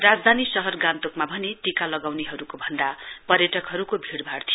राजधानी शहर गान्तोकमा भने टीका लगाउनेहरुके भन्दा पर्यटकहरुको भीड़भाड़ थियो